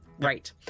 Right